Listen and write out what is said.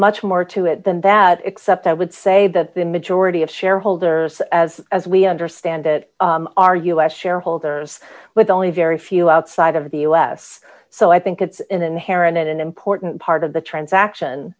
much more to it than that except i would say that the majority of shareholders as as we understand it are us shareholders with only very few outside of the u s so i think it's an inherent and an important part of the transaction